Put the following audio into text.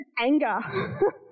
anger